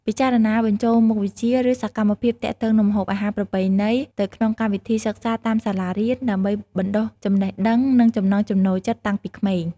ពិចារណាបញ្ចូលមុខវិជ្ជា ឬសកម្មភាពទាក់ទងនឹងម្ហូបអាហារប្រពៃណីទៅក្នុងកម្មវិធីសិក្សាតាមសាលារៀន ដើម្បីបណ្ដុះចំណេះដឹង និងចំណង់ចំណូលចិត្តតាំងពីក្មេង។